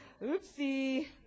Oopsie